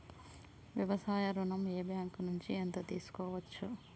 వ్యవసాయ ఋణం ఏ బ్యాంక్ నుంచి ఎంత తీసుకోవచ్చు?